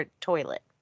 toilet